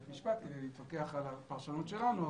משפט כדי להתווכח על הפרשנות שלנו,